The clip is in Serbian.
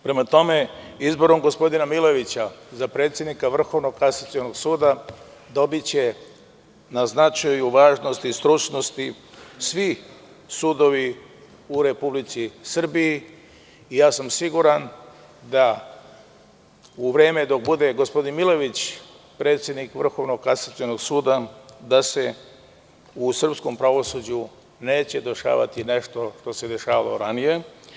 Prema tome, izborom gospodina Milojevića za predsednika Vrhovnog kasacionog suda dobiće na značaju važnost i stručnost, svi sudovi u Republici Srbiji i siguran sam da u vreme dok bude gospodin Milojević predsednik Vrhovnog kasacionog suda da se u srpskom pravosuđu neće dešavati nešto što se dešavalo ranije.